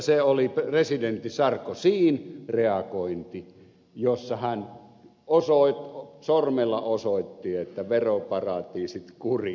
se oli presidentti sarkozyn reagointi jossa hän sormella osoitti että veroparatiisit kuriin